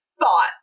thought